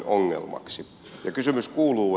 ja kysymys kuuluu